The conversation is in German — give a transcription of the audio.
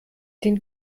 den